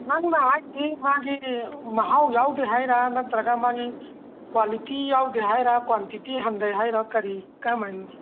ꯅꯪꯅ ꯍꯥꯏꯁꯤ ꯃꯥꯒꯤ ꯃꯍꯥꯎ ꯌꯥꯎꯗꯦ ꯍꯥꯏꯔꯥ ꯅꯠꯇꯔꯒ ꯃꯥꯒꯤ ꯀ꯭ꯋꯥꯂꯤꯇꯤ ꯌꯥꯎꯗꯦ ꯍꯥꯏꯔꯥ ꯀ꯭ꯋꯥꯟꯇꯤꯇꯤ ꯍꯟꯊꯩ ꯍꯥꯏꯔꯥ ꯀꯔꯤ ꯀꯔꯝꯍꯥꯏꯅꯅꯣ